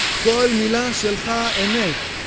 kol mila shelcha emet.